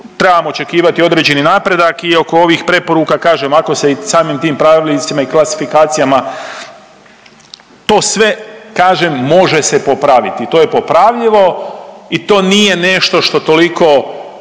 trebamo očekivati određeni napredak i oko ovih preporuka, kažem, ako se i samim tim pravilnicima i klasifikacijama to sve, kažem, može se popraviti, to je popravljivo i to nije nešto što toliko